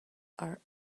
are